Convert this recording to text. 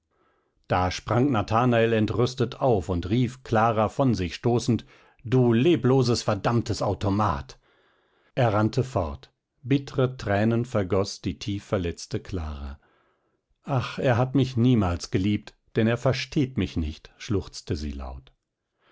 da sprang nathanael entrüstet auf und rief clara von sich stoßend du lebloses verdammtes automat er rannte fort bittre tränen vergoß die tief verletzte clara ach er hat mich niemals geliebt denn er versteht mich nicht schluchzte sie laut